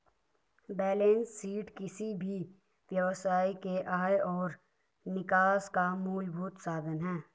balance sheet किसी भी व्यवसाय के आय और निकास का मूलभूत साधन है